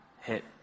hit